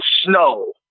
Snow